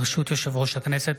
ברשות יושב-ראש הכנסת,